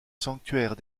sanctuaire